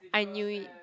I knew it